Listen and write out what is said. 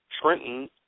Trenton